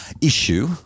issue